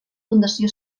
fundació